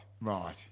Right